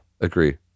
agree